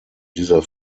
dieser